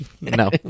No